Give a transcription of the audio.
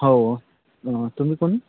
हो तुम्ही कोण